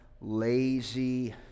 lazy